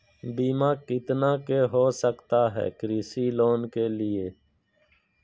बीमा कितना के हो सकता है कृषि लोन के लिए?